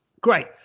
Great